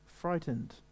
frightened